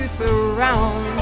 surround